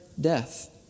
death